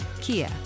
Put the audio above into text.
Kia